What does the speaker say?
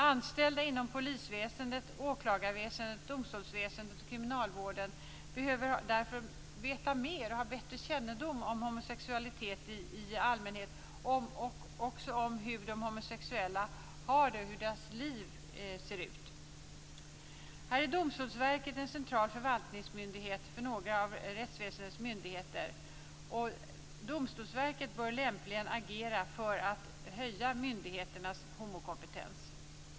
Anställda inom polisväsendet, åklagarväsendet, domstolsväsendet och kriminalvården behöver därför ha bättre kännedom om homosexualitet i allmänhet och om hur de homosexuella har det, hur deras liv ser ut. Domstolsverket är en central förvaltningsmyndighet för några av rättsväsendets myndigheter och bör lämpligen agera för att höja myndigheternas homokompetens.